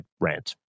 rant